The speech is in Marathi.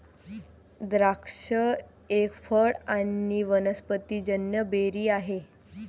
द्राक्ष एक फळ आणी वनस्पतिजन्य बेरी आहे